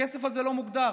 הכסף הזה לא מוגדר.